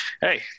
hey